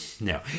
No